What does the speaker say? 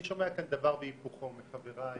אני שומע כאן דבר והיפוכו מחבריי.